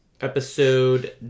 episode